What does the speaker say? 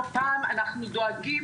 לא פעם, אנחנו דואגים